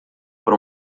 por